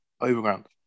Overground